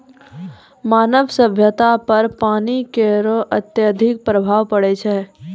मानव सभ्यता पर पानी केरो अत्यधिक प्रभाव पड़ै छै